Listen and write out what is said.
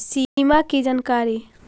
सिमा कि जानकारी?